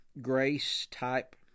grace-type